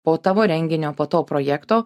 po tavo renginio po tavo projekto